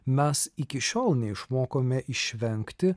mes iki šiol neišmokome išvengti